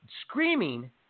screaming